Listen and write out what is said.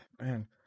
man